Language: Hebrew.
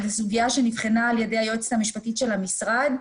אבל זו סוגיה שנבחנה על ידי היועצת המשפטית של המשרד,